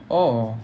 oh